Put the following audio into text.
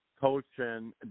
coaching